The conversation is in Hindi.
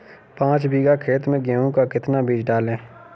पाँच बीघा खेत में गेहूँ का कितना बीज डालें?